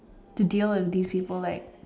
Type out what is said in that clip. to deal with this people like